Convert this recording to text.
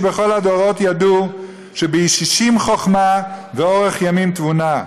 שבכל הדורות ידעו ש"בישישים חכמה וארך ימים תבונה".